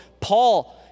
paul